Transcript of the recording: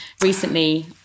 recently